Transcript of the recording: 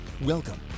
Welcome